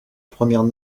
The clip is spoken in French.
première